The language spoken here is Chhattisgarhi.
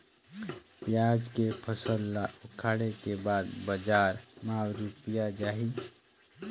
पियाज के फसल ला उखाड़े के बाद बजार मा रुपिया जाही?